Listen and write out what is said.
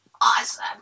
awesome